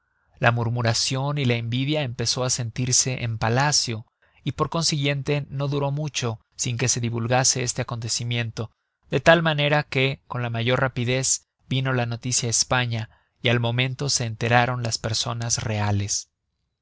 la murmuracion y la envidia empezó á sentirse en palacio y por consiguiente no duró mucho sin que se divulgase este acontecimiento de tal manera que con la mayor rapidez vino la noticia á españa y al momento se enteraron las personas reales